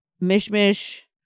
mish-mish